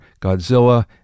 Godzilla